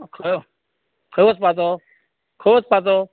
खंय खंय वचपाचो खंय वचपाचो